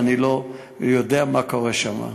ואני לא יודע מה קורה שם,